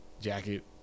Jacket